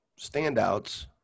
standouts